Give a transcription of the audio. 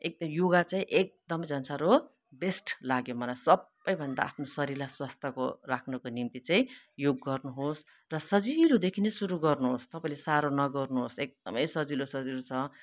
एकदमै योगा चाहिँ एकदम झन् साह्रो बेस्ट लाग्यो मलाई सबैभन्दा आफ्नो शरीरलाई स्वस्थको राख्नुको निम्ति चाहिँ योग गर्नुहोस् र सजिलोदेखि नै सुरु गर्नुहोस् तपाईँले साह्रो न गर्नुहोस् एकदमै सजिलो सजिलो छ